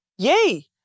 Yay